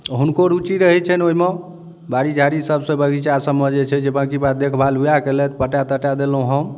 हुनको रुचि रहै छनि ओहिमे बाड़ी झाड़ी सब सऽ बगीचा सबमे जे छै से बाकी बात देखभाल वएह केलथि पटा तटा देलहुॅं हम